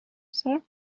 sir